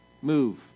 move